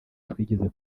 twigeze